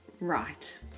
Right